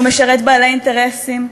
הוא משרת בעלי אינטרסים,